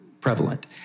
prevalent